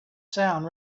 sound